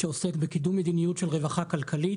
שעוסק בקידום מדיניות של רווחה כלכלית.